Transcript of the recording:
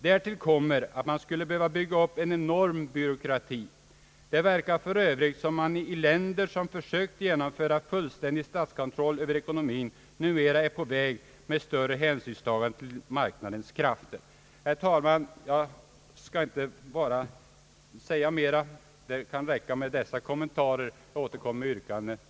Därtill kommer att man skulle behöva bygga upp en enorm byråkrati. Det verkar för övrigt som om man i de länder som försökt genomföra en fullständig statskontroll över ekonomin numera är på väg mot större hänsynstagande till marknadens krafter. Det kan, herr talman, räcka med dessa kommentarer. Jag återkommer med yrkanden beträffande bankoutskottets utlåtanden nr 32 och 42 när tiden är inne därför.